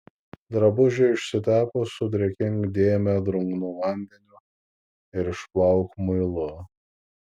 drabužiui išsitepus sudrėkink dėmę drungnu vandeniu ir išplauk muilu